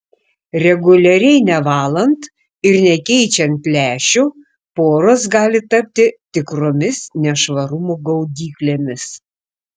reguliariai nevalant ir nekeičiant lęšių poros gali tapti tikromis nešvarumų gaudyklėmis